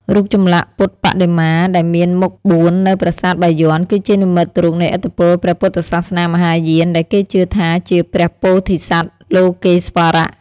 រូបចម្លាក់ពុទ្ធបដិមាដែលមានមុខបួននៅប្រាសាទបាយ័ន គឺជានិមិត្តរូបនៃឥទ្ធិពលព្រះពុទ្ធសាសនាមហាយាន ដែលគេជឿថាជាព្រះពោធិសត្វលោកេស្វរៈ។